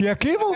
שיקימו.